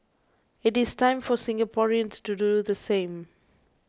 it is time for Singaporeans to do the same